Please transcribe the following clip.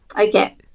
Okay